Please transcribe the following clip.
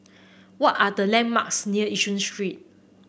what are the landmarks near Yishun Street